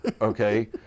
Okay